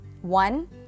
One